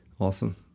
Awesome